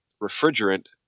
refrigerant